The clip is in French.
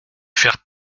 faire